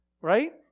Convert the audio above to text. right